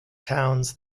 towns